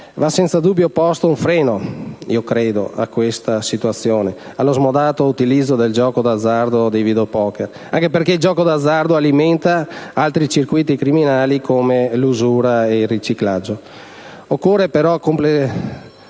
Va senza dubbio posto un freno a questa situazione, allo smodato utilizzo del gioco d'azzardo e del *videopoker*, anche perché il gioco d'azzardo alimenta altri circuiti criminali come l'usura e il riciclaggio.